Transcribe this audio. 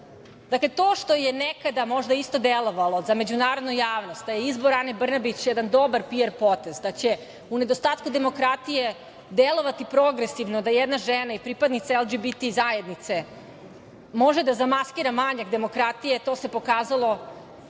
GD/CGDakle, to što je nekada možda isto delovalo za međunarodnu javnost da je izbor Ane Brnabić jedan dobar PR potez, da će u nedostatku demokratije delovati progresivno da jedna žena i pripadnica LGBT zajednice može da zamaskira manjak demokratije, to se pokazalo kao